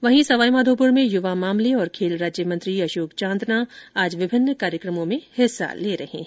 वहीं सवाईमाधोपुर में युवा मामले और खेल राज्य मंत्री अशोक चांदना आज विभिन्न कार्यक्रमों में हिस्सा ले रहे है